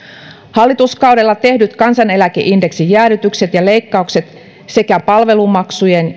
hallituskaudella tehdyt kansaneläkeindeksin jäädytykset ja leikkaukset sekä palvelumaksujen